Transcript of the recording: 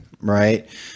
right